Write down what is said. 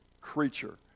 creature